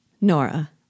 Nora